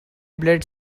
blood